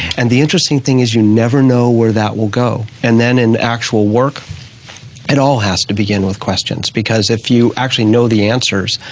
and the interesting thing is you never know where that will go. and then in actual work it all has to begin with questions because if you actually know the answers